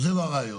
זה לא הרעיון.